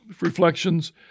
reflections